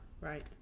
Right